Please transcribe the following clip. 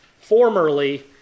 Formerly